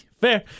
fair